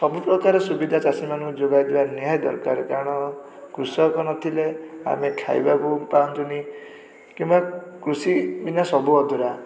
ସବୁପ୍ରକାର ସୁବିଧା ଚାଷୀମାନଙ୍କୁ ଯୋଗାଇ ଦେବା ନିହାତି ଦରକାର କାରଣ କୃଷକ ନଥିଲେ ଆମେ ଖାଇବାକୁ ପାଆନ୍ତୁନି କିମ୍ବା କୃଷି ବିନା ସବୁ ଅଧୁରା